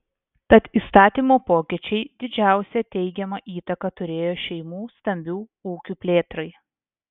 tad įstatymo pokyčiai didžiausią teigiamą įtaką turėjo šeimų stambių ūkių plėtrai